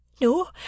No